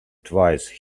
twice